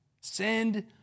Send